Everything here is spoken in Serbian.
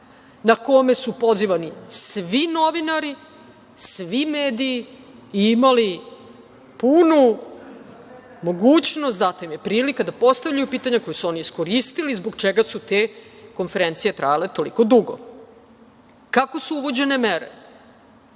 na kome su pozivani svi novinari, svi mediji i imali punu mogućnost, data im je prilika da postavljaju pitanja, koju su oni iskoristili, zbog čega su te konferencije trajale toliko dugo. Kako su uvođene mere?